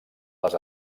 les